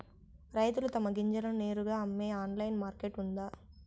రైతులు తమ గింజలను నేరుగా అమ్మే ఆన్లైన్ మార్కెట్ ఉందా?